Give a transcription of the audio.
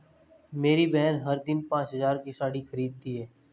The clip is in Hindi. मेरी बहन हर दिन पांच हज़ार की साड़ी खरीदती है